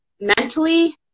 mentally